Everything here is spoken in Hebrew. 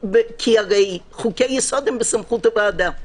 כי הרי חוקי יסוד הם בסמכות הוועדה.